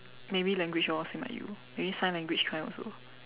maybe language orh same like you maybe sign language kind also